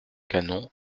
canon